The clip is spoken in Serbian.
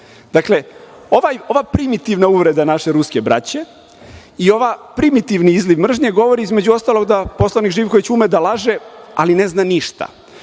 votkom? Dakle, ova primitivna uvreda naše ruske braće i ovaj primitivni izliv mržnje govori, između ostalog, da poslanik Živković ume da laže, ali ne zna ništa.